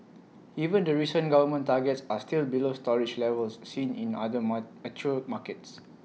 even the recent government targets are still below storage levels seen in other mar mature markets